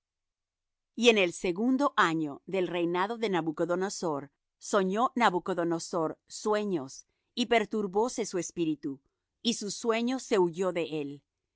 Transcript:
y en el segundo año del reinado de nabucodonosor soñó nabucodonosor sueños y perturbóse su espíritu y su sueño se huyó de él